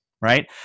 right